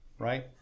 Right